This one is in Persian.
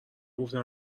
گفتن